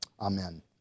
Amen